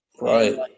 Right